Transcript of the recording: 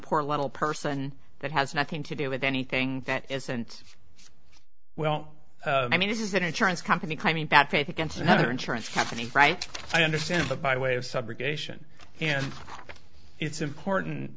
poor little person that has nothing to do with anything that isn't well i mean this is an insurance company claiming bad faith against another insurance company right i understand that by way of subrogation and it's important